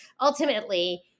ultimately